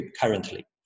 currently